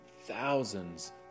thousands